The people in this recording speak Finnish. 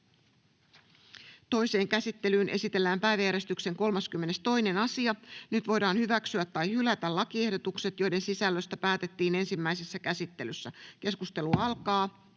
Toiseen käsittelyyn esitellään päiväjärjestyksen 10. asia. Nyt voidaan hyväksyä tai hylätä lakiehdotus, jonka sisällöstä päätettiin ensimmäisessä käsittelyssä. — Keskustelu alkaa.